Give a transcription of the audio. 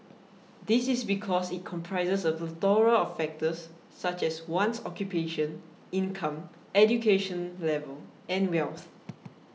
this is because it comprises a plethora of factors such as one's occupation income education level and wealth